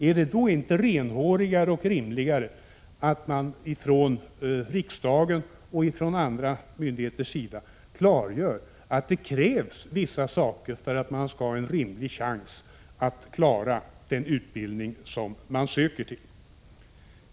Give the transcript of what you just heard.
Är det då inte renhårigare och rimligare att riksdagen och andra myndigheter klargör att vissa saker krävs för att man skall ha en rimlig chans att klara den utbildning man söker till?